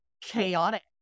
chaotic